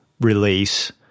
release